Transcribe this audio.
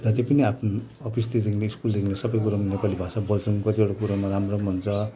र जति पनि आफ्नो अफिसतिर नै स्कुलदेखि लिएर सब कुरोमा नेपाली भाषा बोल्छौँ कतिवटा कुरोमा राम्रो हुन्छ